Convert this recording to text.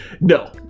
no